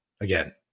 again